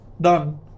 Done